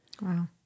Wow